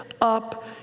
up